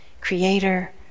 creator